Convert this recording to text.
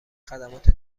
خدمات